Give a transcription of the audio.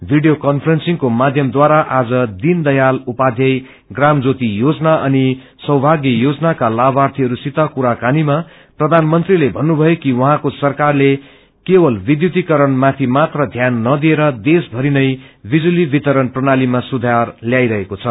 video कान्फ्रेन्सङको माध्यमद्वारा आज दीनदयाल उपाध्याय प्राम ज्योति योजना अनि सीभागय योजना का लाभार्यीहरूसित कुराक्रनीमा प्रधानमंत्रीले भन्नुभयो कि उहाँको सरकारले केवल विध्युतीकरण माथि मात्र ध्यान नदिएर देषभरिनै गिजुली वितरण प्रणालीमा सुधार गरिरहेको छ